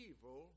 evil